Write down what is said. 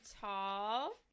tall